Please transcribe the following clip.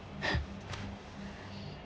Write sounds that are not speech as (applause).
(breath)